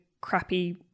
crappy